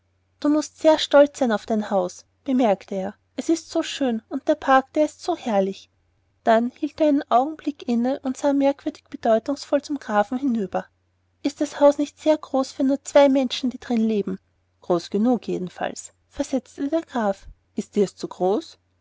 du mußt sehr stolz sein auf dein haus bemerkte er es ist so schön und der park der ist so herrlich dann hielt er einen augenblick inne und sah merkwürdig bedeutungsvoll zum grafen hinüber ist das haus nicht sehr groß für nur zwei menschen die drin leben groß genug jedenfalls versetzte der graf ist dir's zu groß